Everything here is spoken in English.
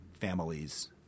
families